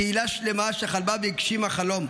קהילה שלמה שחלמה והגשימה חלום.